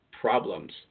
problems